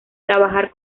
trabajar